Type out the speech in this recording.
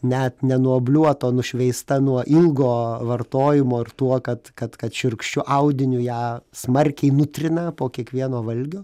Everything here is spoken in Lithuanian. net nenuobliuota o nušveista nuo ilgo vartojimo ir tuo kad kad kad šiurkščiu audiniu ją smarkiai nutrina po kiekvieno valgio